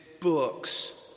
books